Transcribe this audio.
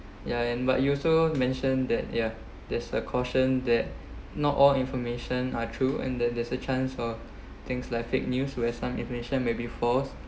yeah and but you also mentioned that yeah there's a cautioned that not all information are true and then there's a chance for things like fake news where some information may be false